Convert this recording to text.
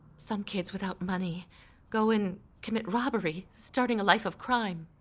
some kids without money go and commit robbery, starting a life of crime.